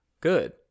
good